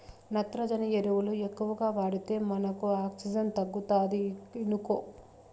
నత్రజని ఎరువులు ఎక్కువగా వాడితే మనకు ఆక్సిజన్ తగ్గుతాది ఇనుకో